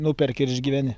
nuperki ir išgyveni